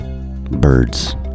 Birds